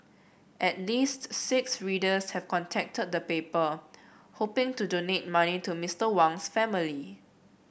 at least six readers have contacted the paper hoping to donate money to Mister Wang's family